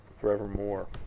forevermore